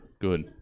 good